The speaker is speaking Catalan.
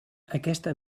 aquesta